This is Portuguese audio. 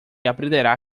aprenderá